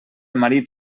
marit